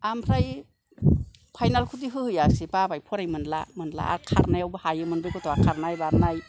आमफ्राय फाइनालखौथ' होहैयासै बाबाय फराय मोनला मोनला आर खारनायावबो हायोमोन